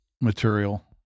material